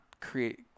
create